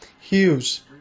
Hughes